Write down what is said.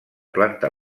planta